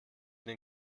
den